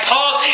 Paul